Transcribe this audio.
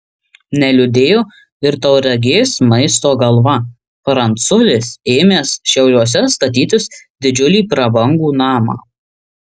neliūdėjo ir tauragės maisto galva pranculis ėmęs šiauliuose statytis didžiulį prabangų namą